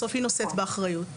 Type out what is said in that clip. בסוף, היא נושאת באחריות.